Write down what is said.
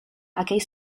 aquell